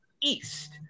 east